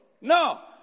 No